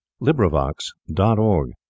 LibriVox.org